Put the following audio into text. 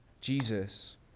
Jesus